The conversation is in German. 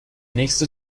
nächste